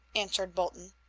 answered bolton.